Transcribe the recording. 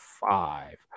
five